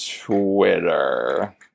Twitter